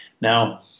Now